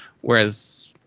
whereas